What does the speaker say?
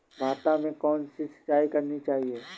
भाता में कौन सी सिंचाई करनी चाहिये?